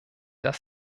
das